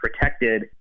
protected